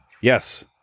yes